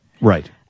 Right